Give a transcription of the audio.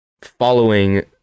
following